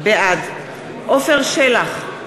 בעד עפר שלח,